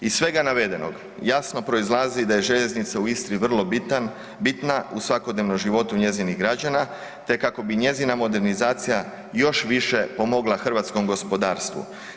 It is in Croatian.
Iz svega navedenog, jasno proizlazi da je željeznica u Istri vrlo bitna u svakodnevnom životu njezinih građana te kako bi njezina modernizacija još više pomogla hrvatskom gospodarstvu.